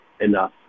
enough